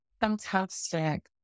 Fantastic